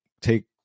take